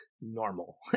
normal